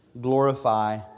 glorify